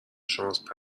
شماست